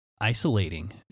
isolating